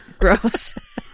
Gross